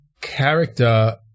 character